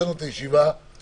הישיבה ננעלה בשעה 14:33.